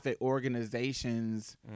organizations